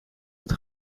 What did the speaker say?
het